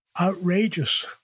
outrageous